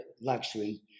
luxury